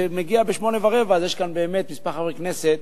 כשמגיעים ב-20:15 אז יש כאן באמת מספר חברי כנסת